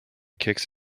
kicks